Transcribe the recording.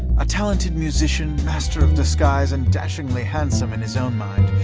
a talented musician, master of disguise, and dashingly handsome in his own mind,